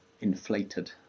inflated